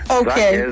okay